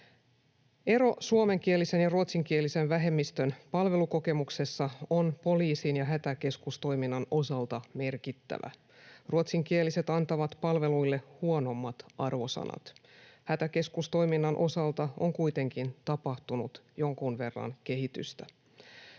Ero suomenkielisen ja ruotsinkielisen vähemmistön palvelukokemuksessa on poliisin ja hätäkeskustoiminnan osalta merkittävä. Ruotsinkieliset antavat palveluille huonommat arvosanat. Hätäkeskustoiminnan osalta on kuitenkin tapahtunut jonkun verran kehitystä.